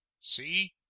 See